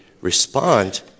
respond